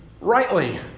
rightly